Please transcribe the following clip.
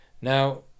now